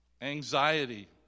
anxiety